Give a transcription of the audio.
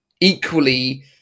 Equally